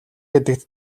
гэдэгт